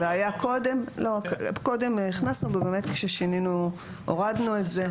זה היה קודם וכששינינו הורדנו את זה,